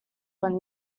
when